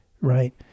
right